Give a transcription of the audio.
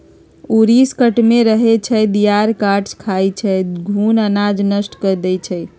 ऊरीस काठमे रहै छइ, दियार काठ खाई छइ, घुन अनाज नष्ट कऽ देइ छइ